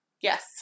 Yes